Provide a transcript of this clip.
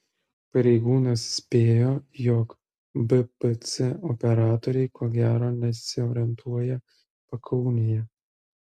pareigūnas spėjo jog bpc operatoriai ko gero nesiorientuoja pakaunėje